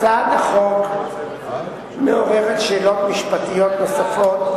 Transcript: הצעת החוק מעוררת שאלות משפטיות נוספות,